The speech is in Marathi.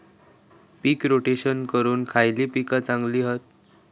पीक रोटेशन करूक खयली पीका चांगली हत?